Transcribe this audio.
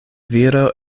viro